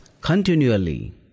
continually